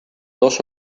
dos